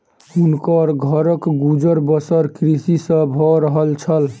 हुनकर घरक गुजर बसर कृषि सॅ भअ रहल छल